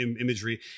imagery